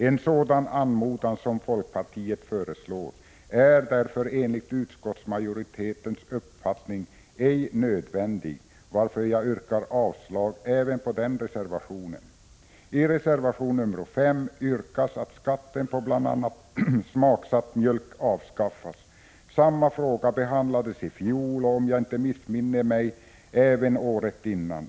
En sådan anmodan som folkpartiet föreslår är därför enligt utskottsmajoritetens uppfattning ej nödvändig, varför jag yrkar avslag även på den reservationen. I reservation nr 5 yrkas att skatten på bl.a. smaksatt mjölk avskaffas. Samma fråga behandlades i fjol och, om jag inte missminner mig, även året innan.